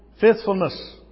faithfulness